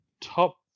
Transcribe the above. Top